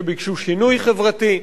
שביקשו שינוי חברתי,